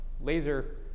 laser